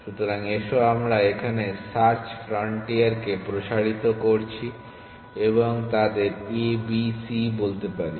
সুতরাং এসো আমরা এখানে সার্চ ফ্রন্টিয়ারকে প্রসারিত করছি এবং তাদের a b c বলতে পারি